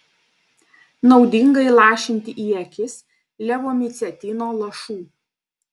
naudinga įlašinti į akis levomicetino lašų